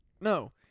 No